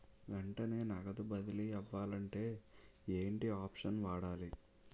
వెంటనే నగదు బదిలీ అవ్వాలంటే ఏంటి ఆప్షన్ వాడాలి?